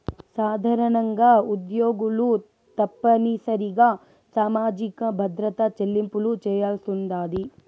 సాధారణంగా ఉద్యోగులు తప్పనిసరిగా సామాజిక భద్రత చెల్లింపులు చేయాల్సుండాది